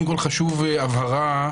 קודם כול חשובה הבהרה,